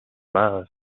mars